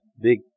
Big